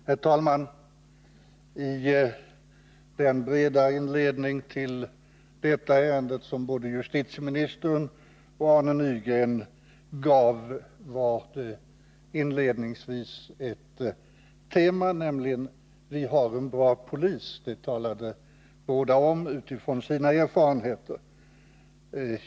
Herr talman! Den breda inledning till detta ärende som både justitieministern och Arne Nygren gav började med ett tema, nämligen att vi har en mycket bra polis — det talade båda om utifrån sina erfarenheter.